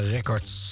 Records